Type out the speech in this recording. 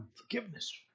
forgiveness